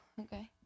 Okay